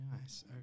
nice